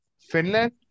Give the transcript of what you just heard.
Finland